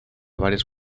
varias